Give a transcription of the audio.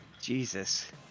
Jesus